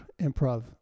improv